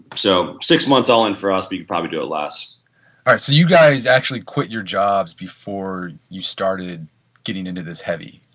but so six months all in for us, we can probably do it less all right. so you guys actually quit your jobs before you started getting into this heavy.